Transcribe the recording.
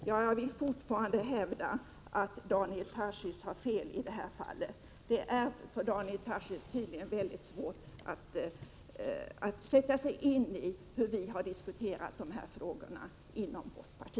Jag vill fortfarande hävda att Daniel Tarschys har fel i det fallet. Det är för Daniel Tarschys tydligen väldigt svårt att sätta sig in i hur vi har diskuterat de här frågorna inom vårt parti.